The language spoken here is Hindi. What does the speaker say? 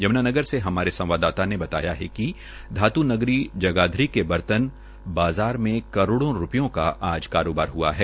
यम्नानगर से हमारे संवाददाता ने बताया कि धात् नगरी जगाधरी के बर्तन बाज़ार मे करोड़ो रूपयों का कारोबार ह्आ है